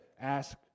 ask